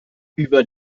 über